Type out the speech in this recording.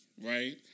right